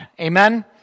Amen